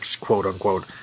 quote-unquote